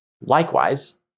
Likewise